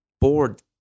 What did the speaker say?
board